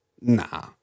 Nah